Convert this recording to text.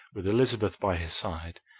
with elizabeth by his side,